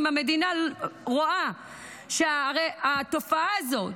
אם המדינה רואה שהתופעה הזאת,